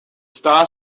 star